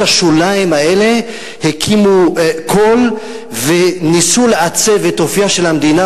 השוליים האלה הקימו קול וניסו לעצב את אופיה של המדינה